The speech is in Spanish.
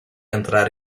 entrar